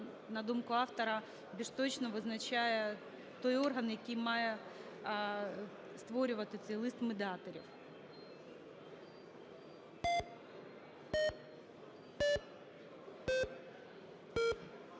на думку автора, більш точно визначає той орган, який має створювати цей лист медіаторів.